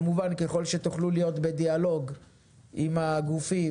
כמובן ככל שתוכלו להיות בדיאלוג עם הגופים,